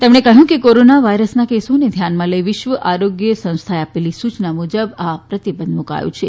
તેમણે કહ્યું કે કોરોના વાયરસના કેસોને ધ્યાનમાં લઈને વિશ્વ આરોગ્ય સંસ્થાએ આપેલી સૂચના મુજબ આ પ્રતિબંધ મૂકાયો છે